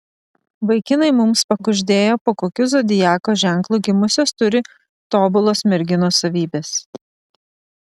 vaikinai mums pakuždėjo po kokiu zodiako ženklu gimusios turi tobulos merginos savybes